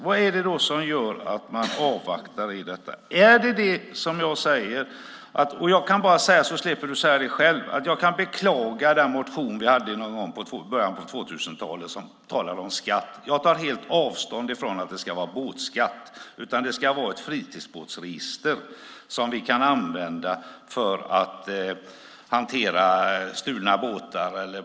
Vad är det då som gör att man avvaktar i det avseendet? Jag kan bara säga - jag säger det så slipper du säga något om det - att jag beklagar den motion som vi väckte någon gång i början av 2000-talet där vi skrev om en skatt. Jag tar helt avstånd från en båtskatt. I stället ska det vara ett fritidsbåtsregister som kan användas vid hanteringen av stulna båtar.